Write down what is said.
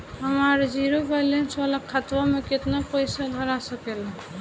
हमार zero balance वाला खतवा म केतना पईसा धरा सकेला?